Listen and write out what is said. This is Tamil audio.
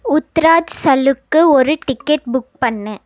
உத்தராஞ்சலுக்கு ஒரு டிக்கெட் புக் பண்ணு